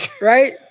Right